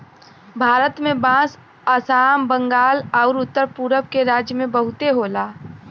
भारत में बांस आसाम, बंगाल आउर उत्तर पुरब के राज्य में बहुते होला